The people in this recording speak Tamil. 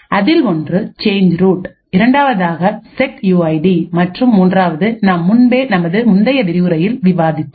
அதில் ஒன்று சேஞ்ச் ரூட் இரண்டாவதாக செட் யூ ஐடி மற்றும் மூன்றாவது நாம் முன்பே நமது முந்தைய விரிவுரையில் விவாதித்தோம்